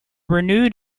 renewed